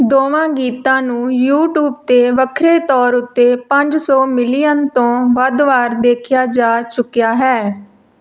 ਦੋਵਾਂ ਗੀਤਾਂ ਨੂੰ ਯੂਟਿਊਬ 'ਤੇ ਵੱਖਰੇ ਤੌਰ ਉੱਤੇ ਪੰਜ ਸੌ ਮਿਲੀਅਨ ਤੋਂ ਵੱਧ ਵਾਰ ਦੇਖਿਆ ਜਾ ਚੁੱਕਿਆ ਹੈ